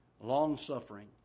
Long-suffering